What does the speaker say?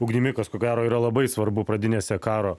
ugnimi kas ko gero yra labai svarbu pradinėse karo